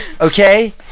okay